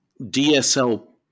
DSL